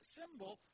symbol